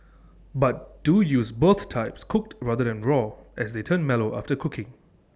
but do use both types cooked rather than raw as they turn mellow after cooking